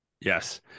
yes